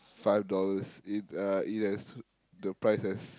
five dollars it uh it has the pirce has